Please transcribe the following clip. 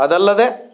ಅದಲ್ಲದೇ